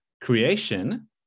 creation